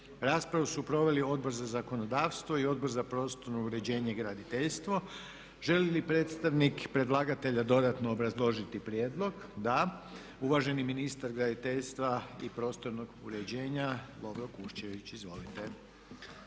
Raspravu su proveli Odbor za zakonodavstvo i Odbor za prostorno uređenje i graditeljstvo. Želi li predstavnik predlagatelja dodatno obrazložiti prijedlog? Da. Uvaženi ministar graditeljstva i prostornog uređenja Lovro Kuščević. Izvolite.